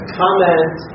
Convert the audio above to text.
comment